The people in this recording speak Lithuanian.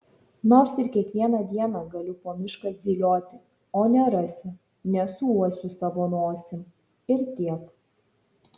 nors ir kiekvieną dieną galiu po mišką zylioti o nerasiu nesuuosiu savo nosim ir tiek